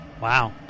Wow